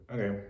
Okay